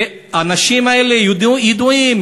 האנשים האלה ידועים,